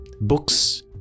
books